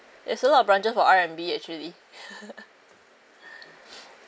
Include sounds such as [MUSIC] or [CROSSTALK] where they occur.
there's a lot of branches for R&B actually [LAUGHS] [BREATH]